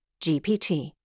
GPT